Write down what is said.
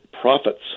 profits